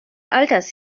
alters